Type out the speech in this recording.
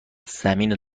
زمین